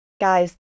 guys